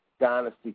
dynasty